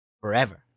forever